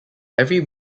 every